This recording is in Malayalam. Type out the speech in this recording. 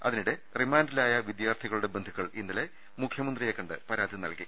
അതി നിടെ റിമാൻഡിലായ വിദ്യാർഥികളുടെ ബന്ധുക്കൾ ഇന്നലെ മുഖ്യമന്ത്രിയെ കണ്ട് പരാതി നൽകി